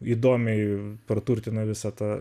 įdomiai praturtina visą tą